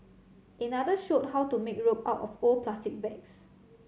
another showed how to make rope out of old plastic bags